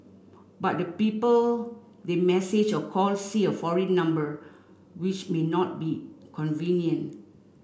but the people they message or call see a foreign number which may not be convenient